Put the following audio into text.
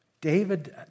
David